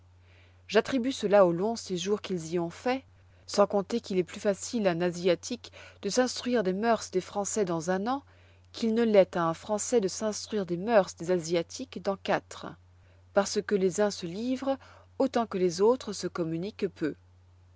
j'attribue cela au long séjour qu'ils y ont fait sans compter qu'il est plus facile à un asiatique de s'instruire des mœurs des françois dans un an qu'il ne l'est à un françois de s'instruire des mœurs des asiatiques dans quatre parce que les uns se livrent autant que les autres se communiquent peu